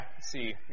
see